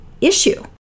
issue